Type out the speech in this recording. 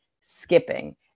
skipping